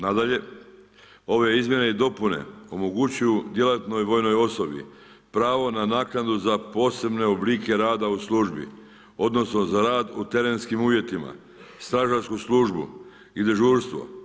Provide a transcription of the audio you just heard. Nadalje, ove izmjene i dopune omogućuju djelatnoj vojnoj osobi pravo na naknadu za posebne oblike rada u službi odnosno za rad u terenskim uvjetima, stražarsku službu i dežurstvo.